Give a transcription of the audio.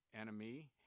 enemy